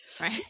Right